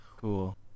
Cool